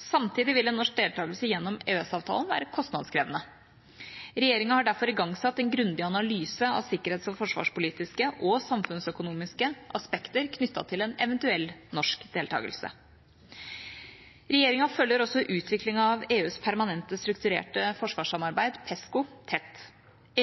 Samtidig vil en norsk deltakelse gjennom EØS-avtalen være kostnadskrevende. Regjeringa har derfor igangsatt en grundig analyse av sikkerhets- og forsvarspolitiske, og samfunnsøkonomiske, aspekter knyttet til en eventuell norsk deltakelse. Regjeringa følger også utviklingen av EUs permanente strukturerte forsvarssamarbeid – PESCO – tett.